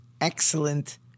excellent